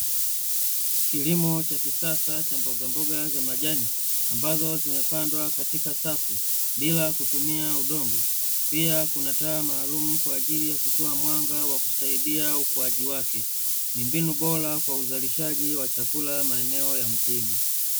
Kilimo cha kisasa cha mbogamboga za majani, ambazo zimepandwa katika safu bila kutumia udongo, pia kuna taa maalumu kwa ajili ya kutoa mwanga wa kusaidia ukuaji wake. Ni mbinu bora kwa uzalishaji wa chakula maeneo ya mjini.